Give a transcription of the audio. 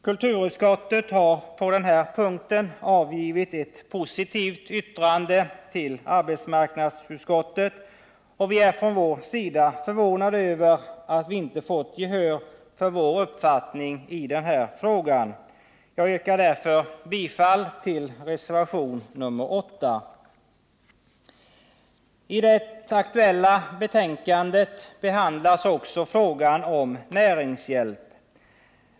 Kulturutskottet har på den här punkten avgivit ett positivt yttrande till arbetsmarknadsutskottet, och vi är från vår sida förvånade över att vi inte fått gehör för vår uppfattning i den här frågan. Jag yrkar därför bifall till reservation nr 8. I det aktuella betänkandet behandlas också frågan om näringshjälp.